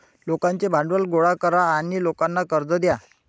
लोकांचे भांडवल गोळा करा आणि लोकांना कर्ज द्या